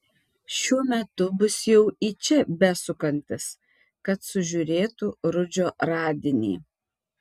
šiuo metu bus jau į čia besukantis kad sužiūrėtų rudžio radinį